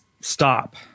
stop